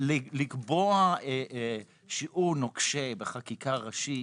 לקבוע שיעור נוקשה בחקיקה ראשית,